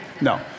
No